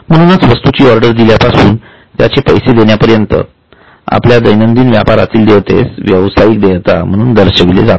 म्हणून वस्तूची ऑर्डर दिल्यापासून त्याचे पैसे देण्यापर्यंत आपल्या दैनंदिन व्यापारातील देयतेस व्यावसायिक देयता म्हणून दर्शविले जाते